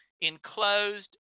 enclosed